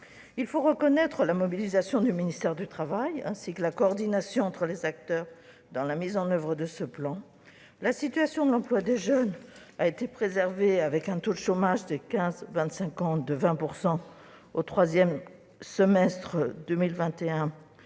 Il faut reconnaître la mobilisation du ministère du travail, ainsi que la coordination entre les acteurs dans la mise en oeuvre de ce plan. La situation de l'emploi des jeunes a été préservée, puisque le taux de chômage est de 20 % chez les 15-24 ans au troisième trimestre 2021,